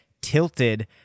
tilted